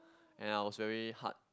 and I was very heart